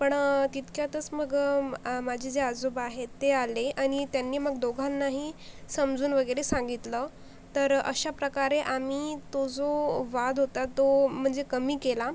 पण तितक्यातच मग माझे जे आजोबा आहेत ते आले आणि त्यांनी मग दोघांनाही समजून वगैरे सांगितलं तर अशाप्रकारे आम्ही तो जो वाद होता तो म्हणजे कमी केला